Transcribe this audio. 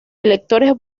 electores